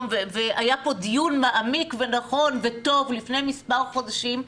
והיה פה דיון מעמיק נכון וטוב לפני מספר חודשים,